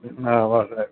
ના હોં સાહેબ